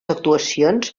actuacions